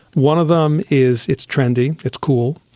one of them is it's trendy, it's cool.